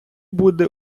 буде